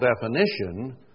definition